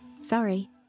Sorry